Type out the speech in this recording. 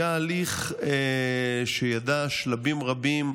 היה הליך שידע שלבים רבים,